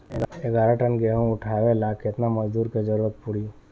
ग्यारह टन गेहूं उठावेला केतना मजदूर के जरुरत पूरी?